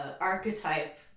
archetype